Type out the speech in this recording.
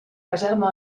caserna